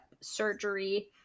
surgery